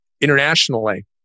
internationally